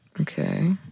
Okay